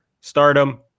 stardom